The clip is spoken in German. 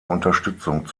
unterstützung